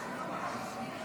נגד.